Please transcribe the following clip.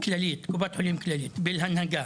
בקופת חולים כללית בהנהגה,